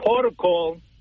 protocol